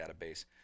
database